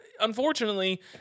unfortunately